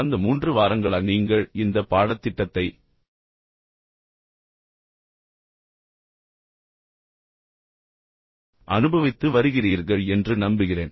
கடந்த 3 வாரங்களாக நீங்கள் இந்த பாடத்திட்டத்தை அனுபவித்து வருகிறீர்கள் என்று நம்புகிறேன்